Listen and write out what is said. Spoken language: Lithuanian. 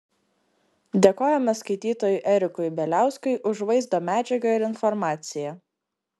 dėkojame skaitytojui erikui bieliauskui už vaizdo medžiagą ir informaciją